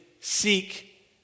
seek